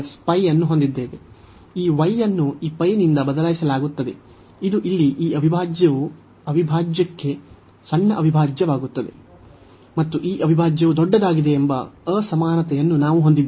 ಈ y ಅನ್ನು ಈ ನಿಂದ ಬದಲಾಯಿಸಲಾಗುತ್ತದೆ ಇದು ಇಲ್ಲಿ ಈ ಅವಿಭಾಜ್ಯಕ್ಕೆ ಸಣ್ಣ ಅವಿಭಾಜ್ಯವಾಗುತ್ತದೆ ಮತ್ತು ಈ ಅವಿಭಾಜ್ಯವು ದೊಡ್ಡದಾಗಿದೆ ಎಂಬ ಅಸಮಾನತೆಯನ್ನು ನಾವು ಹೊಂದಿದ್ದೇವೆ